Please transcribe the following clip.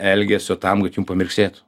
elgesio tam kad jum pamirksėtų